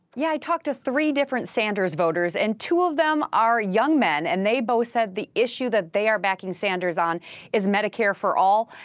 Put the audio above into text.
yeah i talked to three different sanders voters. and two of them are young men. and they both said the issue that they are backing sanders on is medicare for all,